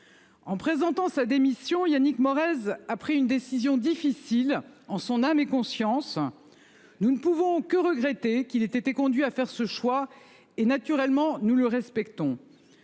En présentant sa démission Yannick Morez a pris une décision difficile en son âme et conscience. Nous ne pouvons que regretter qu'il ait été conduit à faire ce choix. Et naturellement, nous le respectons.